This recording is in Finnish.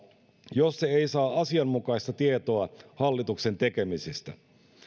jos se ei saa asianmukaista tietoa hallituksen tekemisistä